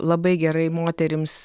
labai gerai moterims